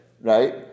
right